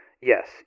Yes